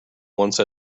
once